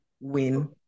win